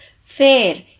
fair